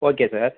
okay sir